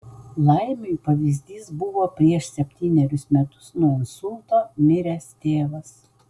laimiui pavyzdys buvo prieš septynerius metus nuo insulto miręs tėvas